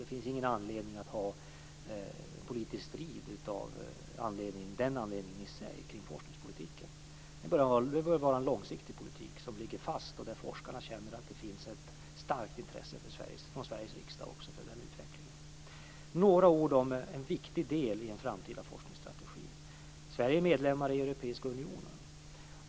Det finns ingen anledning att ha någon politisk strid om forskningspolitiken. Det bör vara en långsiktig politik som ligger fast och där forskarna känner att det finns ett starkt intresse från Sveriges riksdag för den utvecklingen. Jag vill säga några ord om en viktig del i en framtida forskningsstrategi. Sverige är medlem i Europeiska unionen.